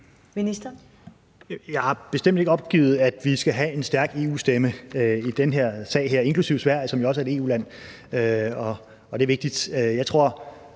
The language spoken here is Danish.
Jeg har bestemt ikke opgivet, at vi skal have en stærk EU-stemme i den her sag, inklusive Sverige, som jo også er et EU-land, og det er vigtigt.